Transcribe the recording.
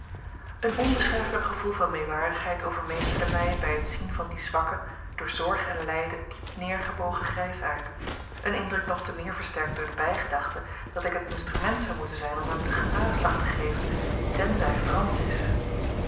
een onbeschrijfelijk gevoel van meewarigheid overmeesterde mij bij het zien van dien zwakken door zorg en lijden diep neergebogen grijsaard een indruk nog te meer versterkt door de bijgedachte dat ik het instrument zou moeten zijn om hem den genadeslag te geven tenzij francis